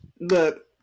Look